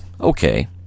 okay